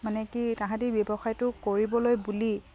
মানে কি তাহাঁতি ব্যৱসায়টো কৰিবলৈ বুলি